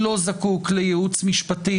לא יודע, לא הייתי בבה"ד 1. טייסים זה משהו אחר?